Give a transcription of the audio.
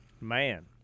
man